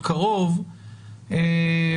כמה היא משמעותית והאם אולי,